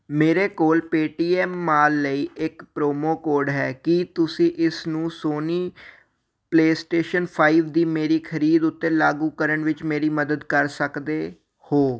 ਮੇਰੇ ਕੋਲ Paytm mall ਲਈ ਇੱਕ ਪ੍ਰੋਮੋ ਕੋਡ ਹੈ ਕੀ ਤੁਸੀਂ ਇਸ ਨੂੰ ਸੋਨੀ ਪਲੇਅਸਟੇਸ਼ਨ ਫਾਈਵ ਦੀ ਮੇਰੀ ਖਰੀਦ ਉੱਤੇ ਲਾਗੂ ਕਰਨ ਵਿੱਚ ਮੇਰੀ ਮਦਦ ਕਰ ਸਕਦੇ ਹੋ